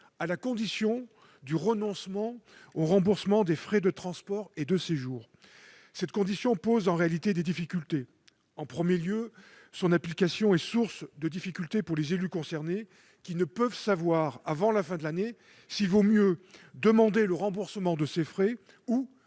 à la condition du renoncement au remboursement des frais de transport et de séjour. En réalité, une telle condition est source de difficultés pour les élus concernés, qui ne peuvent pas savoir avant la fin de l'année s'il vaut mieux demander le remboursement de ces frais ou